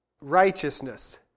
righteousness